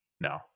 No